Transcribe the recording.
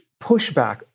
pushback